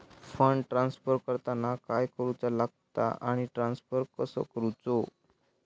Fund transfer करताना काय करुचा लगता आनी ट्रान्स्फर कसो करूचो?